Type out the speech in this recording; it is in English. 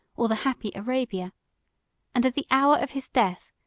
or the happy arabia and at the hour of his death,